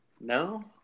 no